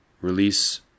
Release